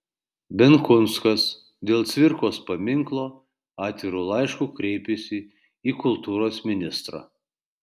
benkunskas dėl cvirkos paminklo atviru laišku kreipėsi į kultūros ministrą